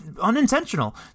Unintentional